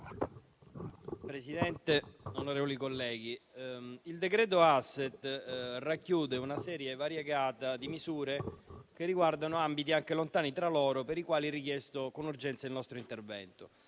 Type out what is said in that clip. Presidente, onorevoli colleghi, il cosiddetto decreto *asset* racchiude una serie variegata di misure che riguardano ambiti anche lontani tra loro per i quali è richiesto con urgenza il nostro intervento.